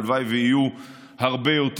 הלוואי ויהיו הרבה יותר.